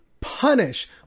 punish